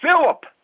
Philip